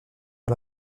par